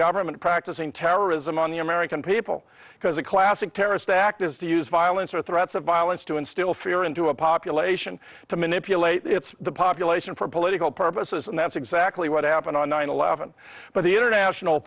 government practicing terrorism on the american people because a classic terrorist act is to use violence or threats of violence to instill fear into a population to manipulate its the population for political purposes and that's exactly what happened on nine eleven but the international